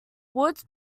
woods